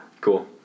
Cool